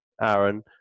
Aaron